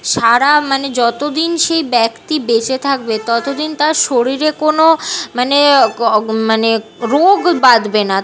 সারা মানে যতো দিন সেই ব্যক্তি বেঁচে থাকবে তত দিন তার শরীরে কোনো মানে গ মানে রোগ বাঁধবে না